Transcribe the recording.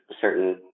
certain